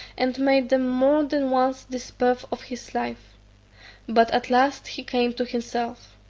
and made them more than once despair of his life but at last he came to himself.